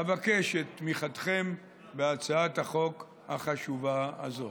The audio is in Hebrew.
אבקש את תמיכתכם בהצעת החוק החשובה הזו.